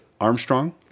Armstrong